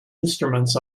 instruments